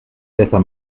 besser